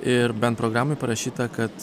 ir bent programoj parašyta kad